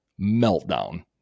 meltdown